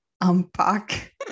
unpack